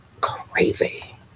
crazy